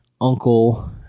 uncle